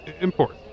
import